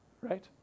Right